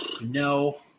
No